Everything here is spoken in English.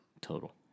total